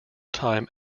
time